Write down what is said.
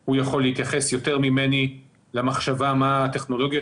שהוא יכול להתייחס יותר ממני למחשבה מה הטכנולוגיות